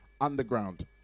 underground